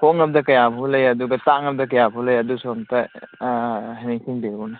ꯍꯣꯡꯉꯕꯗ ꯀꯌꯥ ꯐꯥꯎ ꯂꯩ ꯑꯗꯨꯒ ꯇꯥꯡꯉꯕꯗ ꯀꯌꯥ ꯐꯥꯎ ꯂꯩ ꯑꯗꯨꯁꯨ ꯑꯝꯇ ꯑꯥ ꯅꯤꯡꯁꯤꯡꯕꯤꯎꯅꯦ